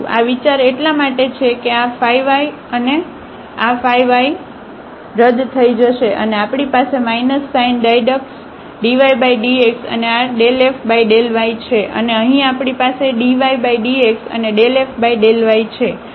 આ વિચાર એટલા માટે છે કે આ y અને આ y રદ થઈ જશે અને આપણી પાસે માઇનસ સાઇન ડાયડક્સ dydx અને આ ∂f∂y છે અને અહીં આપણી પાસે dydx અને ∂f∂y છે